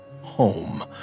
home